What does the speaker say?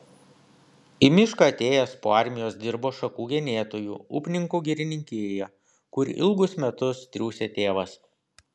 į mišką atėjęs po armijos dirbo šakų genėtoju upninkų girininkijoje kur ilgus metus triūsė tėvas